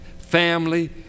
family